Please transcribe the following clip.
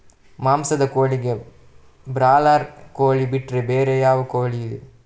ಮಾಂಸದ ಕೋಳಿಗೆ ಬ್ರಾಲರ್ ಕೋಳಿ ಬಿಟ್ರೆ ಬೇರೆ ಯಾವ ಕೋಳಿಯಿದೆ?